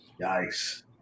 Nice